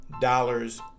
dollars